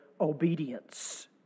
obedience